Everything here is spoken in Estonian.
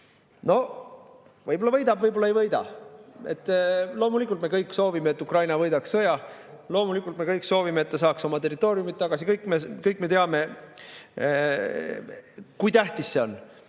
No võib-olla võidab, võib-olla ei võida. Loomulikult me kõik soovime, et Ukraina võidaks sõja, loomulikult me kõik soovime, et ta saaks oma territooriumid tagasi. Kõik me teame, kui tähtis see on.